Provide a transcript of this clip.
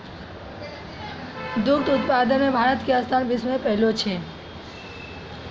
दुग्ध उत्पादन मॅ भारत के स्थान विश्व मॅ पहलो छै